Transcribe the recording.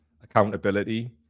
accountability